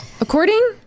according